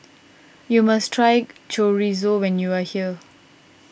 you must try Chorizo when you are here